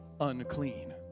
unclean